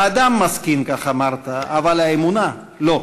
האדם מזקין, כך אמרת, אבל האמונה לא.